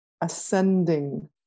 ascending